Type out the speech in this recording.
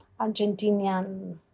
Argentinian